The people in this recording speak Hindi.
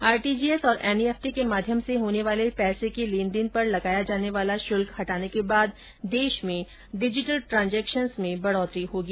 आरटीजीएस और एनईएफटी के माध्यम से होने वाले पैसे की लेनदेन पर लगाया जाने वाला शुल्क हटाने के बाद देश मे डिजिटल ट्रांजेक्शन्स मे बढोत्तरी होगी